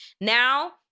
Now